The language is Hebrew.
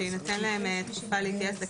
שיינתן להם תקופה להתייעץ.